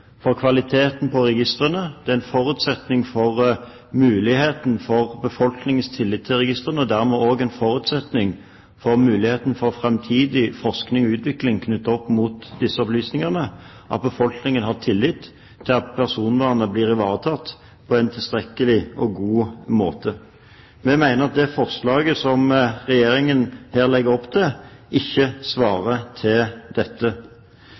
for kvaliteten på registrene, at det er en forutsetning for befolkningens tillit til registrene og dermed også en forutsetning for muligheten for framtidig forskning og utvikling knyttet opp mot disse opplysningene at personvernet blir ivaretatt på en tilstrekkelig og god måte. Vi mener at det forslaget som Regjeringen her legger opp til, ikke svarer til dette.